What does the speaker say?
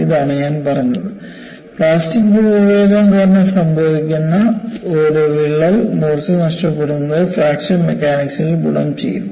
ഇതാണ് ഞാൻ പറഞ്ഞത് പ്ലാസ്റ്റിക് രൂപഭേദം കാരണം സംഭവിക്കുന്ന ഒരു വിള്ളൽ മൂർച്ച നഷ്ടപ്പെടുന്നത് ഫ്രാക്ചർ മെക്കാനിക്സിൽ ഗുണം ചെയ്യും